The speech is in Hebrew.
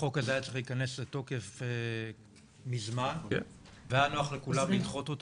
החוק הזה היה צריך להכנס לתוקף מזמן והיה נוח לכולם לדחות אותו.